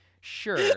sure